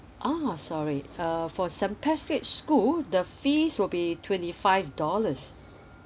oh sorry uh for st patrick's school the fees will be twenty five dollars